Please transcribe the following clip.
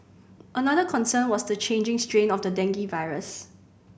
another concern was the changing strain of the dengue virus